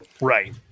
right